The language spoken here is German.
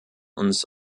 uns